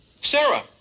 Sarah